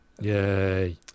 Yay